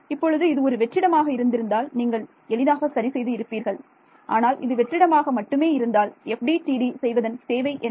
இப்பொழுது இது ஒரு வெற்றிடமாக இருந்திருந்தால் நீங்கள் எளிதாக சரி செய்து இருப்பீர்கள் ஆனால் இது வெற்றிடமாக மட்டுமே இருந்தால் FDTD செய்வதன் தேவை என்ன